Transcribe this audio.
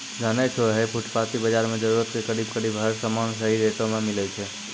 जानै छौ है फुटपाती बाजार मॅ जरूरत के करीब करीब हर सामान सही रेटो मॅ मिलै छै